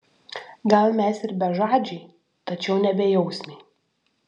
gal mes ir bežadžiai tačiau ne bejausmiai